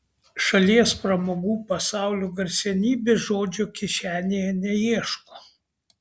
šalies pramogų pasaulio garsenybės žodžio kišenėje neieško